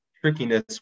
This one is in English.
trickiness